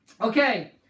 Okay